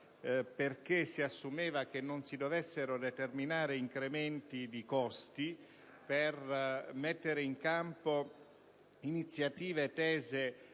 copertura, assumendo che non si dovessero determinare incrementi di costi per mettere in campo iniziative tese